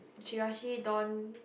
Chirashi don